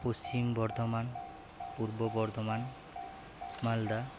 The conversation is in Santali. ᱯᱚᱥᱪᱤᱢ ᱵᱚᱨᱫᱷᱚᱢᱟᱱ ᱯᱩᱨᱵᱚ ᱵᱚᱨᱫᱷᱚᱢᱟᱱ ᱢᱟᱞᱫᱟ